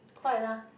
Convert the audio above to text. quite lah